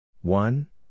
one